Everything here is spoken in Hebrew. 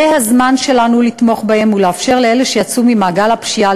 זה הזמן שלנו לתמוך בהם ולאפשר לאלו שיצאו ממעגל הפשיעה